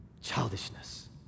Childishness